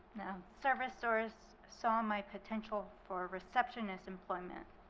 now, servicesource saw my potential for a receptionist employment.